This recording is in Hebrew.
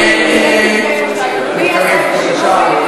אם אדוני יעשה את השינוי,